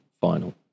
final